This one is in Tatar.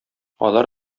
алар